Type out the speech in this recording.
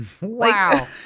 wow